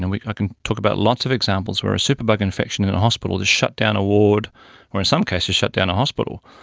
and i can talk about lots of examples where a superbug infection in in a hospital has shut down a ward or in some cases shut down a hospital.